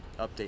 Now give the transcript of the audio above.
update